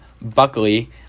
buckley